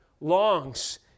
longs